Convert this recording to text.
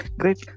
great